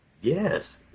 Yes